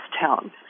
town